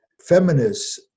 Feminists